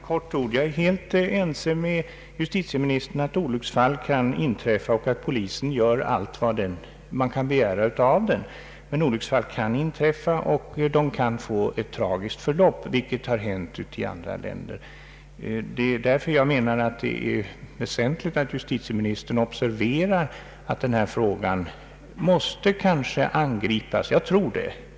Herr talman! Jag skall fatta mig kort. Jag är helt ense med justitieministern om att polisen gör allt vad man kan begära av den. Men olycksfall kan inträffa, och de kan få ett tragiskt förlopp, vilket har hänt i andra länder. Därför menar jag att det är väsentligt att justitieministern observerar att detta problem kanske måste angripas på annat sätt.